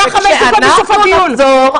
באה חמש דקות לפני סוף הדיון.